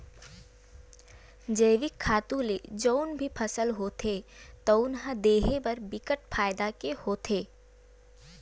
जइविक खातू ले जउन भी फसल होथे तउन ह देहे बर बिकट फायदा के होथे